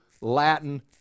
Latin